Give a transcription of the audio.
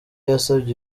yasabye